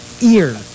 ear